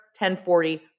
1040